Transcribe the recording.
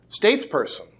statesperson